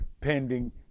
pending